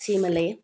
ꯁꯤꯃ ꯂꯩ